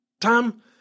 Tom